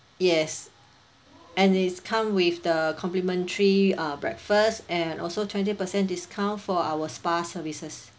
yes and it's come with the complimentary uh breakfast and also twenty percent discount for our spa services